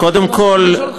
קודם כול,